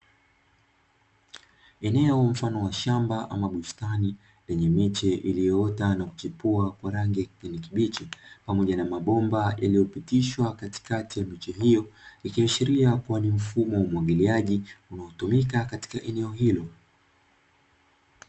Eneo mfano wa shamba ama bustani lenye miche iliyoota na kuchipua kwa rangi ya kijani kibichi, pamoja na mabomba yaliyopitishwa katikati ya miche hiyo, ikiashiria kuwa ni mfumo wa umwagiliaji unaotumika katika eneo hilo.